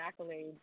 accolades